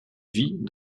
vit